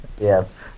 yes